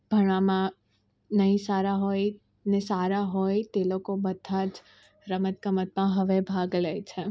ભણવામાં નહીં સારા હોય ને સારા હોય તે લોકો બધા જ રમત ગમતમાં હવે ભાગ લે છે